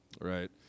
right